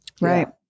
Right